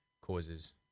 causes